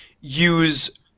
use